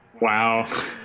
Wow